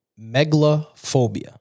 megalophobia